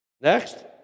Next